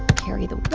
carry the